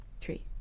three